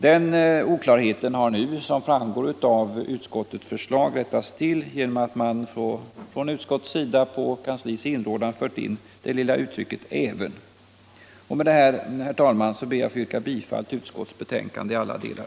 Den oklarheten har nu, som framgår av utskottets förslag, rättats till genom att man från utskottets sida på kansliets inrådan fört in det lilla uttrycket även, Med detta, herr talman, ber jag att få yrka bifall till utskottets hemställan.